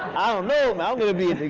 i don't know, man. i'm going to be.